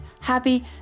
happy